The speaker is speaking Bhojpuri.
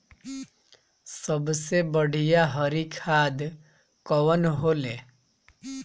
सबसे बढ़िया हरी खाद कवन होले?